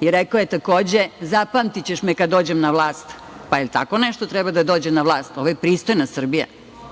Rekao je takođe – zapamtićeš me kada dođem na vlast. Pa, jel tako nešto treba da dođe na vlast? Ovo je pristojna Srbija. Što